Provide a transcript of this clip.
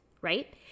right